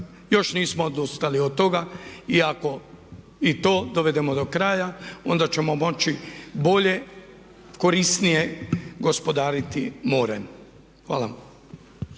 Još nismo odustali od toga i ako i to dovedemo do kraja onda ćemo moći bolje, korisnije gospodariti morem. Hvala.